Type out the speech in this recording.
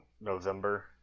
November